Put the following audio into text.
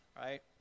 right